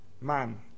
man